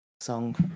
song